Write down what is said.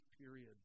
period